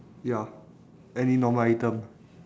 ya any normal item